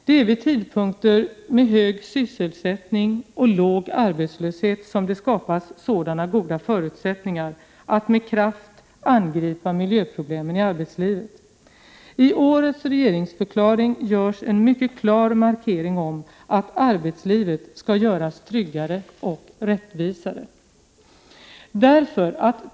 Det är vid tidpunkter med hög sysselsättning och låg arbetslöshet som det skapas sådana goda förutsättningar att man med kraft kan angripa miljöproblemen i arbetslivet. I årets regeringsförklaring görs en mycket klar markering om att arbetslivet skall göras tryggare och rättvisare.